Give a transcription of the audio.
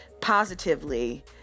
positively